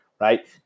right